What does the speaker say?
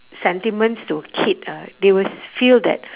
sentiments to kid ah they will s~ feel that